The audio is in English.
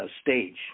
stage